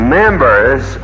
members